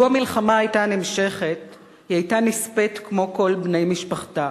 לו נמשכה המלחמה היא היתה נספית כמו כל בני משפחתה,